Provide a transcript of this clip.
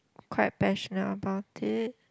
quite passionate about it